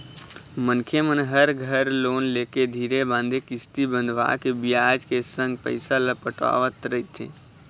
मनखे मन ह घर लोन लेके धीरे बांधे किस्ती बंधवाके बियाज के संग पइसा ल पटावत रहिथे